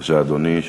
בבקשה, אדוני.